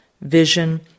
vision